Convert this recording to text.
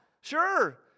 sure